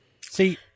See